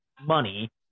money